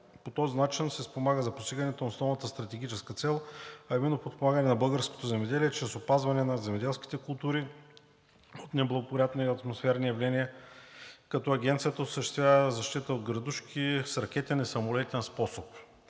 По този начин се спомага за постигането на основната стратегическа цел, а именно подпомагане на българското земеделие чрез опазване на земеделските култури от неблагоприятни атмосферни явления, като Агенцията осъществява защита от градушки с ракетен и самолетен способ.